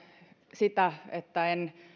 sitä että en